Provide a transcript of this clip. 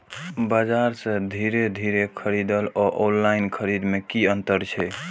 बजार से सीधे सीधे खरीद आर ऑनलाइन खरीद में की अंतर छै?